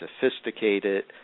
sophisticated